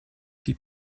die